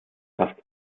fast